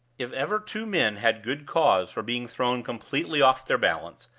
if ever two men had good cause for being thrown completely off their balance,